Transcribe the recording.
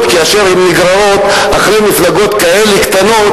כאשר הן נגררות אחרי מפלגות כאלה קטנות.